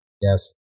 Yes